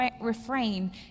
refrain